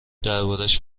دربارش